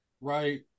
Right